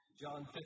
John